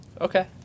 okay